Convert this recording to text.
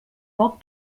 poc